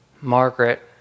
Margaret